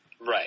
Right